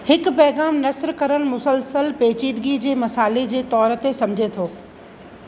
हिकु पैगा़मु नस्र करणु मुसलसलु पेचीदगी जे मसले जे तौरु ते समझे थो